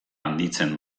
handitzen